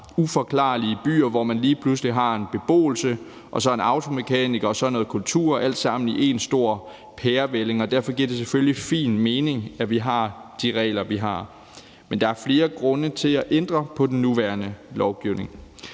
uforklarlige byer, hvor man lige pludselig har en beboelse og så en automekaniker og så noget kultur, alt sammen i en stor pærevælling. Og derfor giver det selvfølgelig fin mening, at vi har de regler, vi har. Men der er flere grunde til at ændre på den nuværende lovgivning.